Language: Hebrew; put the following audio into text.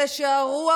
אלה שהרוח